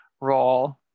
role